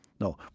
no